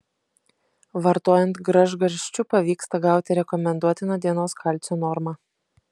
vartojant gražgarsčių pavyksta gauti rekomenduotiną dienos kalcio normą